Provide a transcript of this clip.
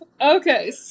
okay